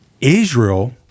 Israel